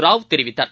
ராவ் தெரிவித்தார்